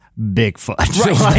Bigfoot